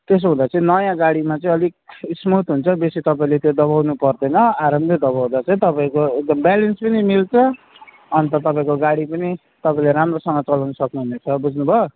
त्यसो हुँदा चाहिँ नयाँ गाडीमा चाहिँ अलिक स्मुद हुन्छ बेसी तपाईँले त्यो दबाउनु पर्दैन आरामले दबाउँदा चाहिँ तपाईँको एकदम ब्यालेन्स पनि मिल्छ अनि त तपाईँको गाडी पनि तपाईँले राम्रोसँगले चलाउनु सक्नुहुनेछ बुझ्नुभयो